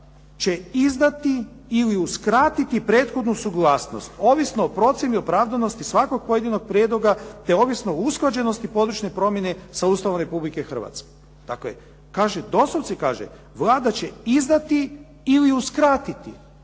Vlada izdati ili uskratiti prethodnu suglasnost. Ovisno o procjeni opravdanosti svakog pojedinog prijedloga, te ovisno o usklađenosti područne promjene sa Ustavom Republike Hrvatske. Dakle, kaže, doslovce kaže, Vlada će izdati ili uskratiti